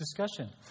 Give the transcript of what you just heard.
discussion